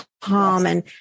common